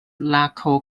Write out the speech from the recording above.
nacho